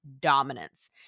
dominance